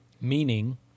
Meaning